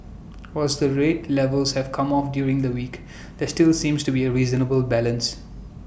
whilst the rate levels have come off during the week there still seems to be A reasonable balance